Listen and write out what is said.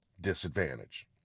disadvantage